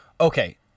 Okay